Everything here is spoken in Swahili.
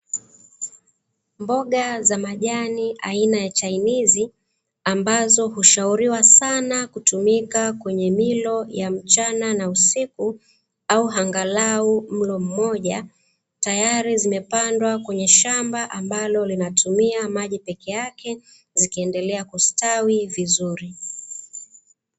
Mboga za majani aina ya chainizi ambazo hushauriwa sana kutumika kwenye milo ya mchana na usiku au angalau mlo mmoja, tayari zimepandwa kwenye shamba ambalo linatumia maji peke yake zikiendelea kustawi vizuri.